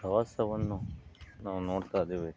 ಪ್ರವಾಸವನ್ನು ನಾವು ನೋಡ್ತಾಯಿದ್ದೇವೆ